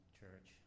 church